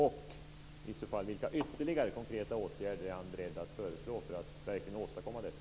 Och i så fall vilka ytterligare konkreta åtgärder är han beredd att föreslå för att verkligen åstadkomma detta?